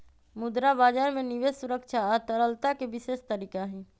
मुद्रा बजार में निवेश सुरक्षा आ तरलता के विशेष तरीका हई